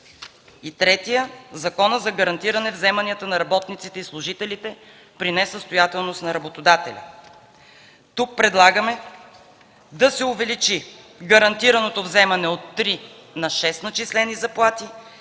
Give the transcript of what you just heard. И в Закона за гарантираните вземания на работниците и служителите при несъстоятелност на работодателя предлагаме да се увеличи гарантираното вземане от три на шест начислени заплати